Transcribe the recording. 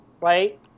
right